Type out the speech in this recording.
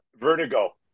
vertigo